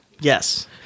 Yes